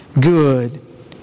good